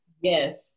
Yes